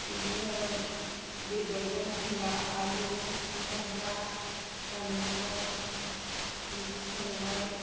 बिदिनो बेदरजों एखमबा आलु भाजा दालि जहल बिदि संबाय